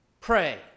Pray